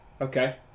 Okay